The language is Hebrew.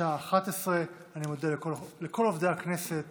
בשעה 11:00. אני מודה לכל עובדי הכנסת